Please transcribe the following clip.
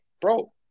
bro